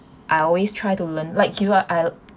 I always try to learn like you uh I'll